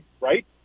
right